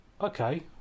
Okay